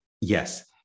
yes